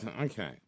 Okay